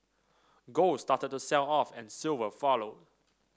gold started to sell off and silver followed